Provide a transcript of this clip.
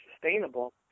sustainable